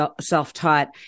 self-taught